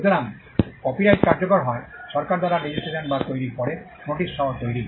সুতরাং কপিরাইটটি কার্যকর হয় সরকার দ্বারা রেজিস্ট্রেসন বা তৈরির পরে নোটিশ সহ তৈরি